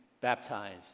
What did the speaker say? baptized